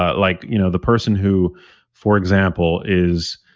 ah like you know the person who for example is.